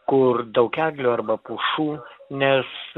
kur daug eglių arba pušų nes